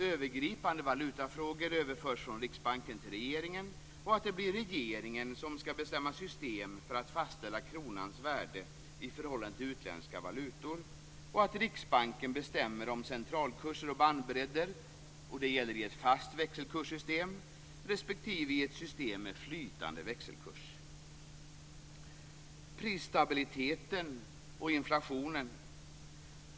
Övergripande valutafrågor överförs från Riksbanken till regeringen, och det blir regeringen som skall bestämma system för att fastställa kronans värde i förhållande till utländska valutor. Riksbanken bestämmer om centralkurser och bandbredd i ett fast växelkurssystem respektive i ett system med flytande växelkurs. Så till prisstabilitet och inflation.